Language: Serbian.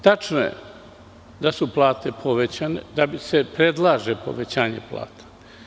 Tačno je da su plate povećane, da se predlaže povećanje plata.